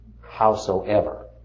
howsoever